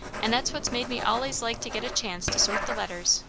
and that's what made me allays like to get a chance to sort the letters,